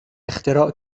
اختراع